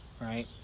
right